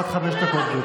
את כתבת על המקרה